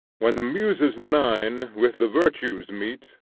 when the muses nine with the virtues meet,